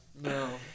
no